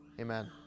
Amen